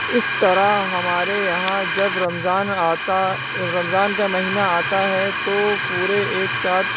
اس طرح ہمارے یہاں جب رمضان آتا رمضان کا مہینہ آتا ہے تو پورے ایک ساتھ